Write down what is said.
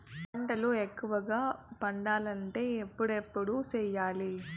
పంటల ఎక్కువగా పండాలంటే ఎప్పుడెప్పుడు సేయాలి?